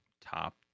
top